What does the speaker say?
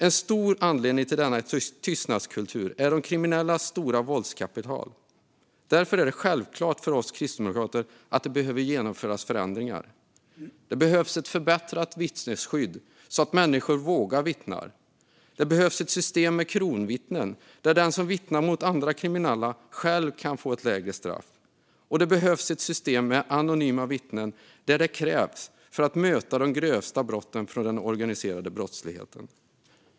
En viktig anledning till denna tystnadskultur är de kriminellas stora våldskapital. Därför är det självklart för oss kristdemokrater att det behöver genomföras förändringar. Det behövs ett förbättrat vittnesskydd så att människor vågar vittna. Det behövs ett system med kronvittnen, där den som vittnar mot andra kriminella själv kan få ett lägre straff. Och det behövs ett system med anonyma vittnen där detta krävs för att möta de grövsta brotten från den organiserade brottsligheten.